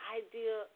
idea